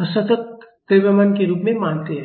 असतत द्रव्यमान के रूप में मानते हैं